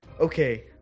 okay